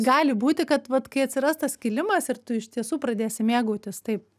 gali būti kad vat kai atsiras tas kilimas ir tu iš tiesų pradėsi mėgautis taip